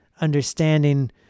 understanding